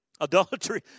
Adultery